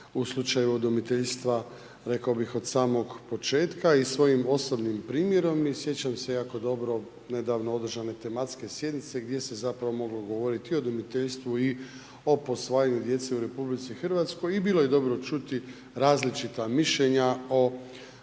u slučaju udomiteljstva, rekao bih od samog početka i svojim osobnim primjerom i sjećam se jako dobro, nedavno održane tematske sjednice gdje se zapravo moglo govoriti o udomiteljstvu i o posvajanju djece u RH i bilo je dobro čuti različita mišljenja o rekao